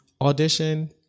audition